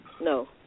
No